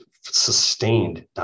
sustained